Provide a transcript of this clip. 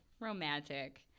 Romantic